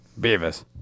Beavis